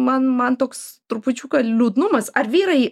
man man toks trupučiuką liūdnumas ar vyrai